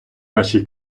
нашій